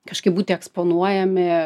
kažkaip būti eksponuojami